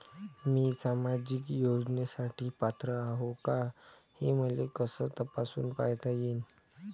मी सामाजिक योजनेसाठी पात्र आहो का, हे मले कस तपासून पायता येईन?